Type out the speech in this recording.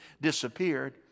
disappeared